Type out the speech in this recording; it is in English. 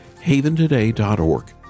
haventoday.org